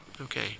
Okay